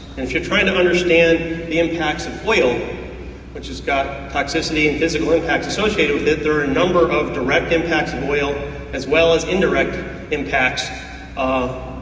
and if you're trying to understand the impacts of oil which has got toxicity and physical impacts associated with it, there are a number of direct impacts of oil, as well as indirect impacts um